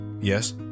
Yes